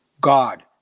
God